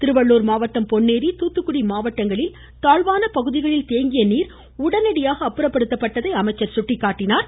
திருவள்ளூர் மாவட்டம் பொன்னோி தூத்துக்குடி மாவட்டத்தில் தாழ்வான பகுதிகளில் தேங்கிய நீர் உடனடியாக அப்பறப்படுத்தப்பட்டதை அவர் சுட்டிக்காட்டினார்